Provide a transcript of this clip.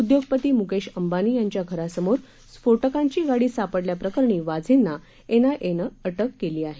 उद्योगपती मुकेश अंबानी यांच्या घरासमोर स्फोटकांची गाडी सापडल्या प्रकरणी वाझंना एनआयनं अटक केली आहे